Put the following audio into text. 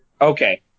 Okay